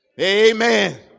Amen